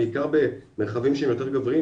בעיקר במרחבים שהם יותר גבריים,